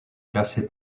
classé